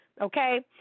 Okay